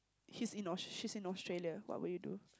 he's in she's in Australia what would you do